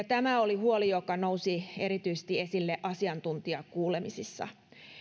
tämä oli huoli joka nousi erityisesti esille asiantuntijakuulemisissa